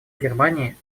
германии